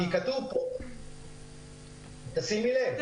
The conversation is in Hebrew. תשימי לב.